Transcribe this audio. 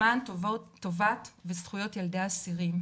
למען טובת וזכויות ילדי האסירים,